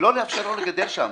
לא לאפשר לו לגדל שם.